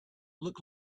look